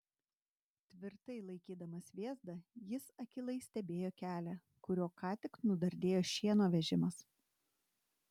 tvirtai laikydamas vėzdą jis akylai stebėjo kelią kuriuo ką tik nudardėjo šieno vežimas